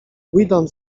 weedon